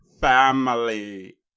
family